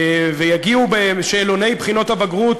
ויגיעו שאלוני בחינות הבגרות